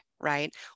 right